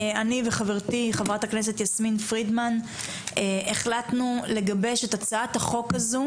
אני וחברתי חברת הכנסת יסמין פרידמן החלטנו לגבש את הצעת החוק הזו,